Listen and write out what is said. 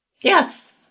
yes